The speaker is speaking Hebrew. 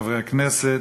חברי הכנסת,